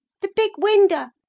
the big winder,